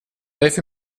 dig